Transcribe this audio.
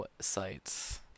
sites